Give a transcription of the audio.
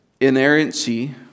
Inerrancy